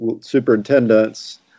superintendents